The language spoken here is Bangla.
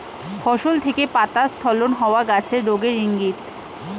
ফসল থেকে পাতা স্খলন হওয়া গাছের রোগের ইংগিত